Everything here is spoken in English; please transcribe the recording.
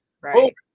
right